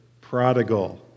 prodigal